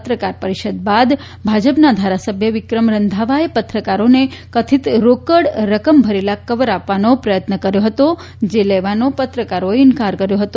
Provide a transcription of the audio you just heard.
પત્રકાર પરિષદ બાદ ભાજપના ધારાસભ્ય વિક્રમ રંઘાવાએ પત્રકારોને કથિત રોકડ રકમ ભરેલા કવર આપવાનો પ્રયત્ન કર્યો હતો જે લેવાનો પત્રકારોએ ઇનકાર કર્યો હતો